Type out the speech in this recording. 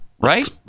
right